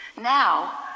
now